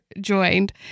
joined